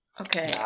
Okay